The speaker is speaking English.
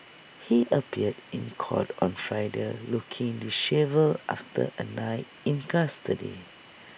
he appeared in court on Friday looking dishevelled after A night in custody